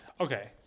Okay